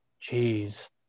Jeez